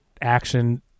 action